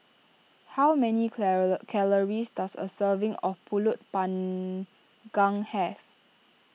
how many calories does a serving of Pulut Panggang have